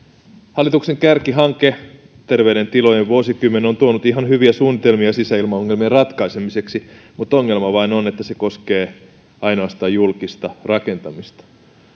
hallituksen kärkihanke terveiden tilojen vuosikymmen on tuonut ihan hyviä suunnitelmia sisäilmaongelmien ratkaisemiseksi mutta ongelma vain on että se koskee ainoastaan julkista rakentamista